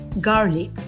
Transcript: garlic